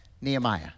Nehemiah